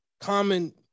common